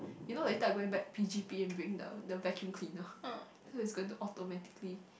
you know later I going back P_G_P_M bring the the vacuum cleaner so it's going to automatically clean